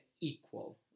equal